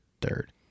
third